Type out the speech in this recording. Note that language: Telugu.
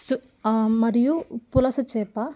సు మరియు పులస చేప